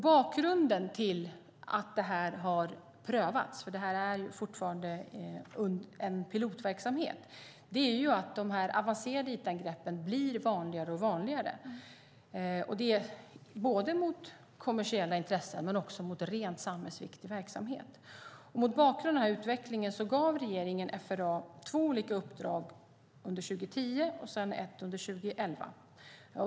Bakgrunden till att det här har prövats - det är fortfarande en pilotverksamhet - är att de avancerade it-angreppen blir allt vanligare. De riktar sig mot kommersiella intressen men också mot rent samhällsviktig verksamhet. Mot bakgrund av denna utveckling gav regeringen FRA två olika uppdrag, ett under 2010 och ett under 2011.